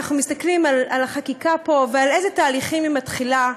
אנחנו מסתכלים על החקיקה פה ומאילו תהליכים היא מתחילה,